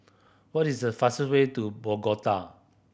what is the fastest way to Bogota